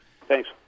Thanks